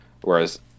Whereas